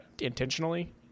intentionally